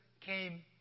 came